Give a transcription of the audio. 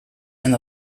and